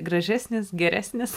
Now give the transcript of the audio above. gražesnis geresnis